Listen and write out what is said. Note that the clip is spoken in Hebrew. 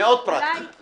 אני